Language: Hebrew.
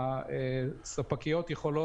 אני חושב